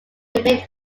remained